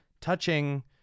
touching